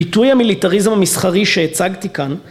איטוי המיליטריזם המסחרי שהצגתי כאן